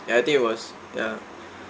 ya I think it was ya